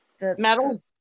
metal